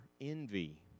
envy